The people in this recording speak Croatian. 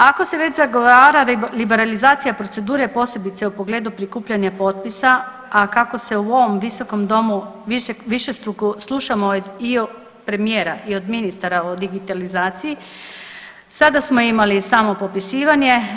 Ako se već zagovara liberalizacija procedure posebice u pogledu prikupljanja potpisa, a kako u ovom visokom domu višestruko slušamo i od premijera i od ministara o digitalizaciji sada smo imali samo popisivanje.